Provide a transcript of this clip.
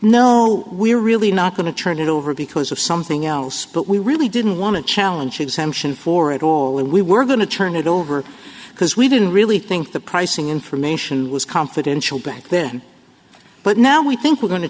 no we're really not going to turn it over because of something else but we really didn't want to challenge exemption for at all and we were going to turn it over because we didn't really think the pricing information was confidential back then but now we think we're going to